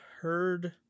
heard